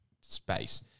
space